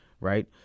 right